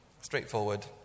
Straightforward